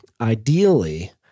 ideally